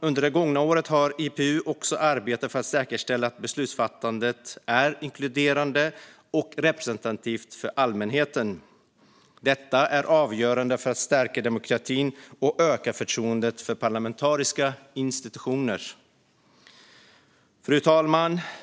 Under det gångna året har IPU arbetat för att säkerställa att beslutsfattandet är inkluderande och representativt för allmänheten. Detta är avgörande för att stärka demokratin och öka förtroendet för parlamentariska institutioner.